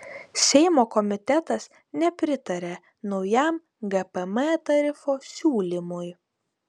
seimo komitetas nepritarė naujam gpm tarifo siūlymui